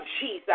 Jesus